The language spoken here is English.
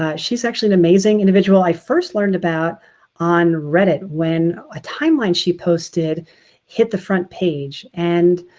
ah she's actually an amazing individual i first learned about on reddit when a timeline she posted hit the front page. and